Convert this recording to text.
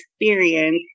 experience